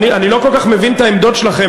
אני לא כל כך מבין את העמדות שלכם,